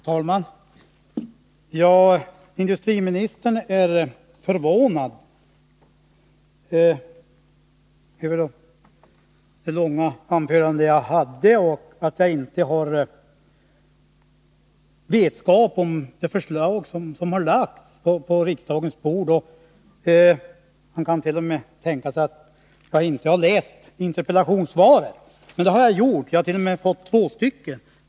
Fru talman! Industriministern är förvånad över att jag inte har vetskap om de förslag som har lagts på riksdagens bord. Han kant.o.m. tänka sig att jag inte har läst interpellationssvaret. Men det har jag gjort. Jag har t.o.m. fått två svar.